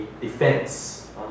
defense